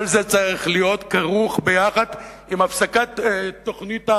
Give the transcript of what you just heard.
כל זה צריך להיות כרוך ביחד עם הפסקת תוכנית,